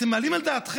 אתם מעלים על דעתכם?